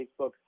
Facebook